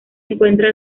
encuentra